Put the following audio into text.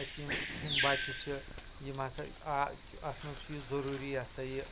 أسہِ یم ہُم بچہٕ چھِ یم ہسا آ اتھ منٛز چھِ یہِ ضروٗری یہ ہسا یہِ